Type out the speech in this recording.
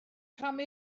come